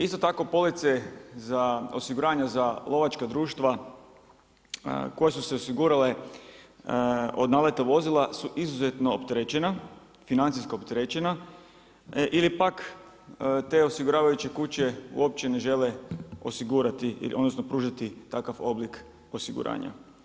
Isto tako police za osiguranja za lovačka društva koje su se osigurale od naleta vozila su izuzetno opterećena, financijski opterećena, ili pak te osiguravajuće kuće uopće ne žele osigurati odnosno pružiti takav oblik osiguranja.